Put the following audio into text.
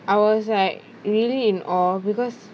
I was like really in awe because